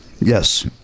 Yes